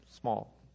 small